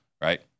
right